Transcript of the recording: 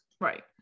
Right